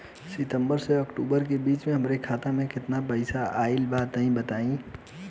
सितंबर से अक्टूबर के बीच हमार खाता मे केतना पईसा आइल बा तनि बताईं?